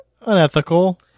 unethical